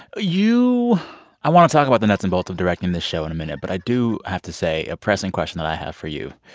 you i want to talk about the nuts and of directing this show in a minute, but i do have to say a pressing question that i have for you.